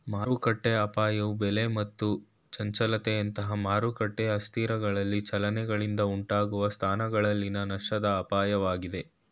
ಮಾರುಕಟ್ಟೆಅಪಾಯವು ಬೆಲೆ ಮತ್ತು ಚಂಚಲತೆಯಂತಹ ಮಾರುಕಟ್ಟೆ ಅಸ್ಥಿರಗಳಲ್ಲಿ ಚಲನೆಗಳಿಂದ ಉಂಟಾಗುವ ಸ್ಥಾನಗಳಲ್ಲಿನ ನಷ್ಟದ ಅಪಾಯವಾಗೈತೆ